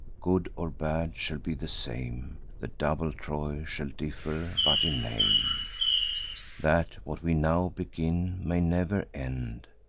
good or bad, shall be the same the double troy shall differ but in name that what we now begin may never end,